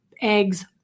eggs